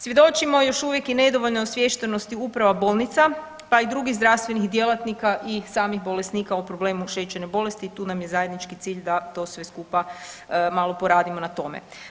Svjedočimo još uvijek i nedovoljnoj osviještenosti uprava bolnica pa i drugih zdravstvenih djelatnika i samih bolesnika o problemu šećerne bolesti, tu nam je zajednički cilj da to sve skupa malo poradimo na tome.